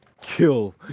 kill